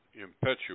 impetuous